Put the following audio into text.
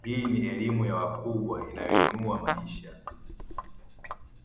hii ni eleimu ya wakubwa inayoinua maisha.